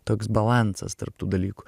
toks balansas tarp tų dalykų